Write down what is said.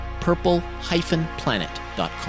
purple-planet.com